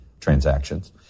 transactions